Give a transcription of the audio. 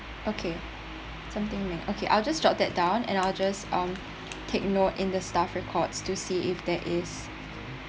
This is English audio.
okay something ma~ okay I'll just jot that down and I'll just um take note in the staff records to see if there is